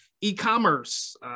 E-commerce